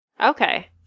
Okay